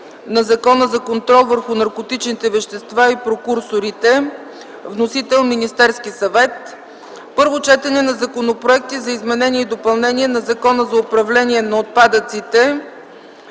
на Закона за контрол върху наркотичните вещества и прекурсорите. (Вносител: Министерски съвет). 7. Първо четене на законопроекти за изменение и допълнение на Закона за управление на отпадъците.